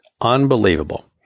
Unbelievable